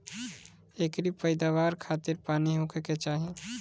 एकरी पैदवार खातिर पानी होखे के चाही